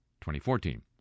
2014